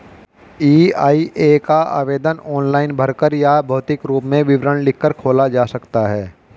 EIA का आवेदन online भरकर या भौतिक रूप में विवरण लिखकर खोला जा सकता है